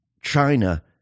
China